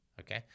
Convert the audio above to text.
Okay